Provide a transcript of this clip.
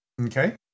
Okay